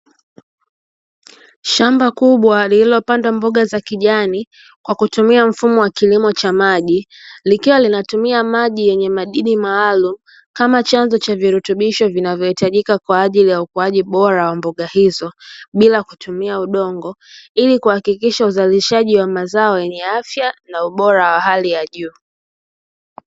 Shamba kubwa lililopandwa mboga za kijani kwa kutumia mfumo wa kilimo cha maji, likiwa linatumia maji yenye madini maalumu kama chanzo cha virutubisho vinavyohitajika kwa ajili ya ukuaji bora wa mboga hizo bila kutumia udongo, ili kuhakikisha uzalishaji wa mazao yenye afya na ubora wa hali ya juu.